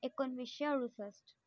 एकोणवीसशे अडुसष्ट